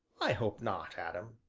i hope not, adam.